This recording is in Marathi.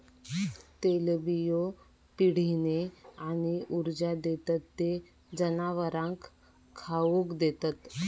तेलबियो पिढीने आणि ऊर्जा देतत ते जनावरांका खाउक देतत